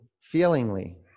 feelingly